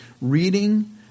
reading